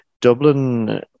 Dublin